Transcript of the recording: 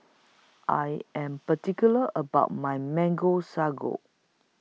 I Am particular about My Mango Sago